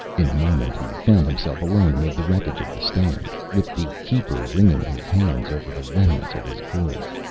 in a moment he found himself alone amid the wreckage of the stand, with the keeper wringing his hands over the remnants of his goods.